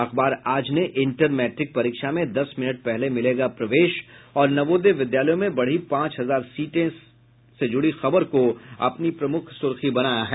अखबार आज ने inter matric परीक्षा में दस मिनट पहले मिलेगा प्रवेश और नवोदय विद्यालयों में बढ़ी पांच हजार सीटे से जुड़ी खबर को अपनी प्रमुख सुर्खी बनाया है